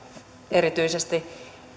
erityisesti